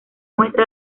muestra